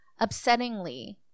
Upsettingly